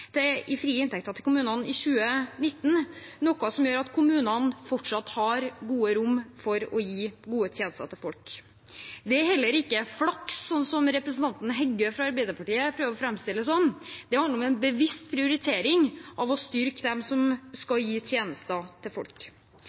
vekst i frie inntekter til kommunene for 2019, noe som gjør at kommunene fortsatt har godt rom for å gi gode tjenester til folk. Det er heller ikke flaks, slik representanten Heggø fra Arbeiderpartiet prøver å framstille det som, det handler om en bevisst prioritering av å styrke dem som skal gi tjenester til folk.